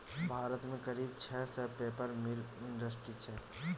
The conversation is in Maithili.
भारत मे करीब छह सय पेपर मिल इंडस्ट्री छै